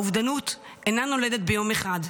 האובדנות אינה נולדת ביום אחד,